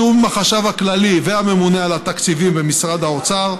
בתיאום עם החשב הכללי והממונה על התקציבים במשרד האוצר,